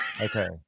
Okay